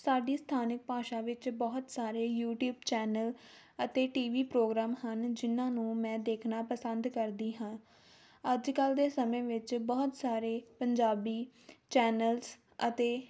ਸਾਡੀ ਸਥਾਨਿਕ ਭਾਸ਼ਾ ਵਿੱਚ ਬਹੁਤ ਸਾਰੇ ਯੂਟੀਊਬ ਚੈਨਲ ਅਤੇ ਟੀ ਵੀ ਪ੍ਰੋਗਰਾਮ ਹਨ ਜਿਹਨਾਂ ਨੂੰ ਮੈਂ ਦੇਖਣਾ ਪਸੰਦ ਕਰਦੀ ਹਾਂ ਅੱਜ ਕੱਲ੍ਹ ਦੇ ਸਮੇਂ ਵਿੱਚ ਬਹੁਤ ਸਾਰੇ ਪੰਜਾਬੀ ਚੈਨਲਸ ਅਤੇ